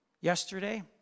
yesterday